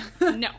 No